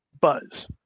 buzz